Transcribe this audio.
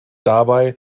dabei